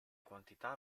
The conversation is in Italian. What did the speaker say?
quantità